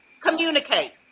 communicate